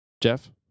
Jeff